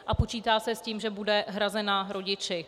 A počítá se s tím, že bude hrazena rodiči.